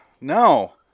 No